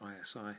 ISI